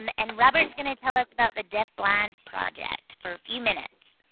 and and robert's gonna tell us about the deaf-blind project for a few minutes.